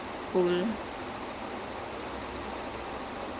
ah ya and the album was good also